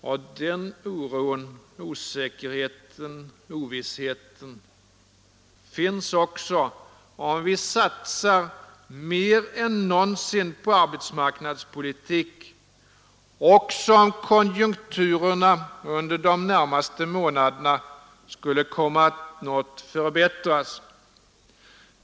Och den oron, osäkerheten, ovissheten finns också om vi satsar mer än någonsin på arbetsmarknadspolitiken, även om konjunkturerna under de närmaste månaderna skulle komma att något förbättras.